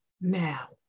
now